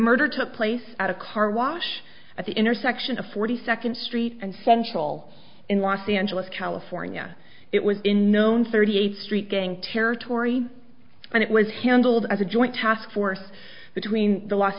murder took place at a car wash at the intersection of forty second street and central in los angeles california it was in known thirty eight street gang territory and it was handled as a joint task force between the los